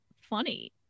funny